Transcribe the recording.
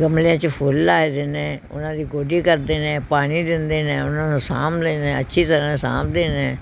ਗਮਲਿਆਂ 'ਚ ਫੁੱਲ ਲਾਏ ਦੇ ਨੇ ਉਹਨਾਂ ਦੀ ਗੋਡੀ ਕਰਦੇ ਨੇ ਪਾਣੀ ਦਿੰਦੇ ਨੇ ਉਹਨਾਂ ਨੂੰ ਸਾਂਭ ਲੈਂਦੇ ਅੱਛੀ ਤਰ੍ਹਾਂ ਸਾਂਭਦੇ ਨੇ